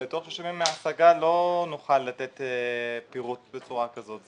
בתוך 30 ימים מההשגה לא נוכל לתת פירוט בצורה כזאת.